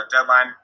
deadline